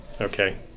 Okay